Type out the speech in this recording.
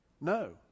No